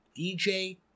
DJ